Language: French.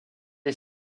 est